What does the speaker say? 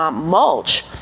Mulch